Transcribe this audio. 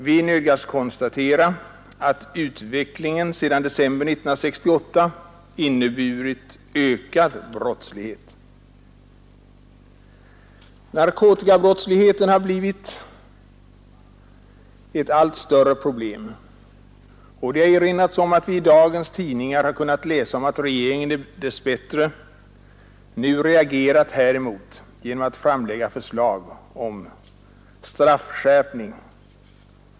Vi nödgas konstatera att utvecklingen sedan december 1968 inneburit ökad brottslighet. Narkotikabrottsligheten har blivit ett allt större problem, och det har erinrats om att vi i dagens tidningar har kunnat läsa om att regeringen dess bättre nu har reagerat däremot genom att framlägga förslag om straffskärpning.